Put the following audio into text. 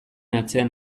atzean